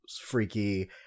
freaky